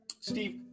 Steve